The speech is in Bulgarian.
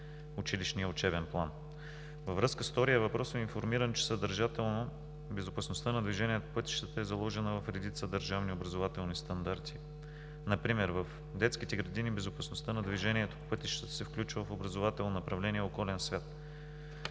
училищния учебен план. Във връзка с втория въпрос, Ви информирам, че съдържателно „Безопасността на движение по пътищата е заложена в редица държавни образователни стандарти. Например в детските градини „Безопасността на движението по пътищата“ се включва в образователно направление „Околен свят“.